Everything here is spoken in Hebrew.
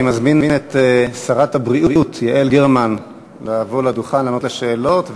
אני מזמין את שרת הבריאות יעל גרמן לבוא לדוכן לענות לשאלות.